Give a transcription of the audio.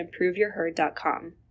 improveyourherd.com